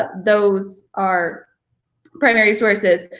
those are primary sources.